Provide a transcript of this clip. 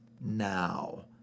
now